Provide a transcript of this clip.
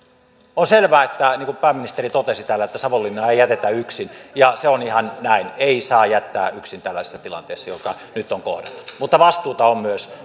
on selvää niin kuin pääministeri totesi täällä että savonlinnaa ei jätetä yksin ja se on ihan näin ei saa jättää yksin tällaisessa tilanteessa joka on nyt on kohdattu mutta vastuuta on myös